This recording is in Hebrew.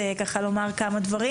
לומר כמה דברים.